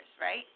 right